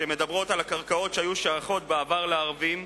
שמדברות על הקרקעות שהיו שייכות בעבר לערבים,